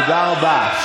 תודה רבה.